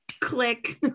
click